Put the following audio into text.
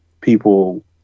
people